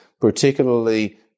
particularly